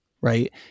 right